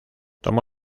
tomó